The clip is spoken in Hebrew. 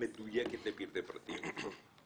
מדויקת לפרטי-פרטים.